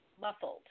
Muffled